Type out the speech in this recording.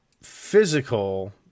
physical